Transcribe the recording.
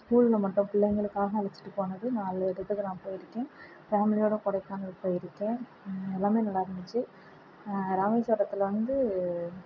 ஸ்கூலில் மட்டும் பிள்ளைங்களுக்காக அழைச்சிட்டு போனது நாலு இடத்துக்கு நான் போயிருக்கேன் ஃபேமிலியோடு கொடைக்கானல் போயிருக்கேன் எல்லாமே நல்லா இருந்துச்சு ராமேஸ்வரத்தில் வந்து